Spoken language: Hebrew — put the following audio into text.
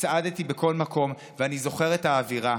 וצעדתי בכל מקום, ואני זוכר את האווירה.